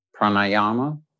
pranayama